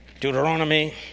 Deuteronomy